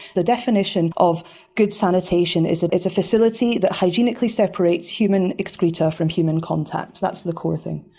the definition of good sanitation is it's a facility that hygienically separates human excreta from human contact, that's the core thing.